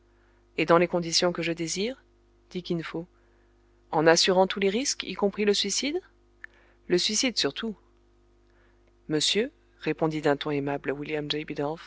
et dans les conditions que je désire dit kin fo en assurant tous les risques y compris le suicide le suicide surtout monsieur répondit d'un ton aimable